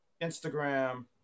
instagram